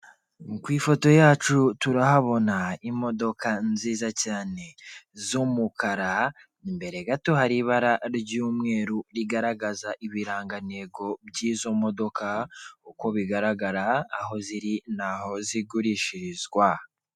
Ku ifoto yacu turahabona imodoka nziza cyane z'umukara imbere gato hari ibara ry'umweru rigaragaza ibirangantego by'izo modoka uko bigaragara, aho ziri n'aho zigurishirizwa.